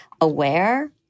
aware